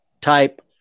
type